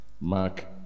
Mark